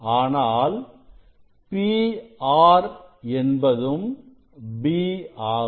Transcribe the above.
ஆனால் PR என்பதும் b ஆகும்